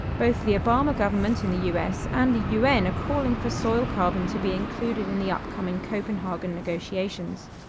both the obama government in the us and the un are calling for soil carbon to be included in the upcoming copenhagen negotiations.